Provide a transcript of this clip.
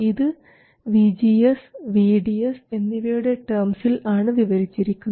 ഇത് VGS VDS എന്നിവയുടെ ടേംസിൽ ആണ് വിവരിച്ചിരിക്കുന്നത്